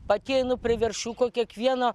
pati einu prie veršiuko kiekvieno